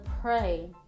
pray